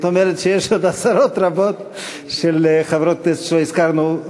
זאת אומרת שיש עוד עשרות רבות של חברות כנסת שלא הזכרנו.